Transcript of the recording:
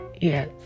yes